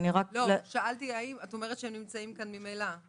לא, את אומרת שהם נמצאים כאן ממילא.